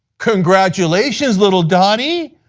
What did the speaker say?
congratulations little donnie.